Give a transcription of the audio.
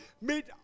Meet